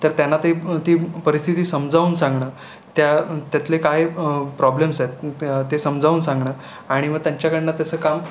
तर त्यांना ते ती परिस्थिती समजावून सांगणं त्या त्यातले काय प्रॉब्लेम्स आहेत ते समजावून सांगणं आणि मग त्यांच्याकडून तसं काम